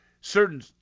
certain